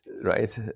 right